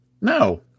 No